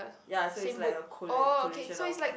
ya so it's like a colla~ collation of